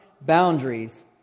boundaries